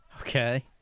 Okay